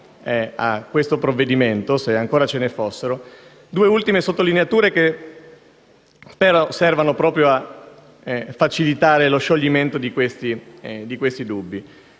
a questo provvedimento, se ancora ce ne fossero. Faccio due ultime sottolineature che spero servano proprio a facilitare lo scioglimento di questi dubbi,